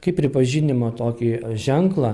kaip pripažinimo tokį ženklą